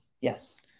yes